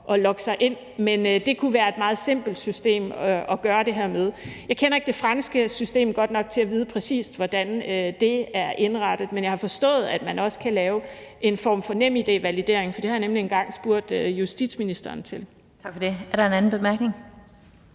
at logge sig ind. Men det kunne være et meget simpelt system at gøre det her med. Jeg kender ikke det franske system godt nok til at vide, præcis hvordan det er indrettet, men jeg har forstået, at man også kan lave en form for NemID-validering, for det har jeg nemlig engang spurgt justitsministeren til. Kl. 16:16 Den fg. formand